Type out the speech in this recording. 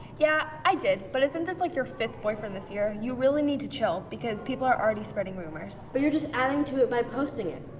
yeah, i did, but isn't this like your fifth boyfriend this year? you really need to chill because people are already spreading rumors. but you're just adding to it by posting it.